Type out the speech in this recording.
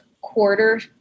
quarter